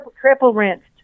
Triple-rinsed